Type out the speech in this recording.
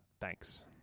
Thanks